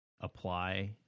apply